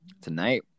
Tonight